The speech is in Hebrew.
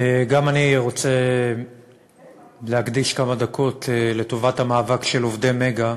גם אני רוצה להקדיש כמה דקות לטובת המאבק של עובדי "מגה".